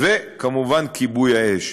וכמובן, כיבוי האש.